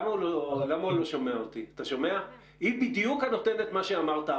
מה שאמרת עכשיו, היא הנותנת.